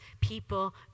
people